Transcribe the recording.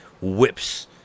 whips